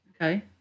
Okay